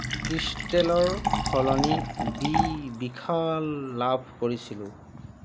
ক্ৰিষ্টেলৰ সলনি বি বিশাল লাভ কৰিছিলোঁ